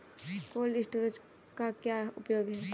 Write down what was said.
Cold storage का क्या उपयोग है?